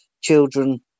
children